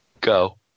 Go